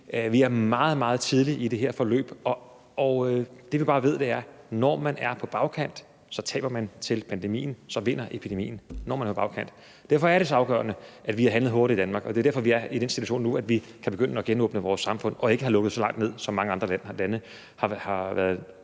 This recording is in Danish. meget, meget tidligt i det her forløb, og det, vi bare ved, er, at når man er på bagkant, taber man til pandemien; så vinder epidemien, når man er på bagkant. Derfor er det så afgørende, at vi har handlet hurtigt i Danmark, og det er derfor, vi er i den situation nu, at vi kan begynde at genåbne vores samfund og ikke har lukket så meget ned, som mange andre lande har været